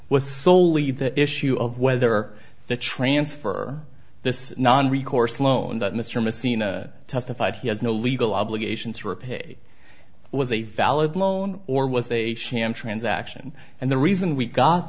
was solely the issue of whether the transfer this non recourse loans that mr messina testified he has no legal obligation to repay was a valid loan or was a sham transaction and the reason we got